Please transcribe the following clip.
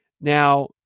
Now